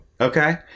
Okay